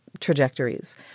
trajectories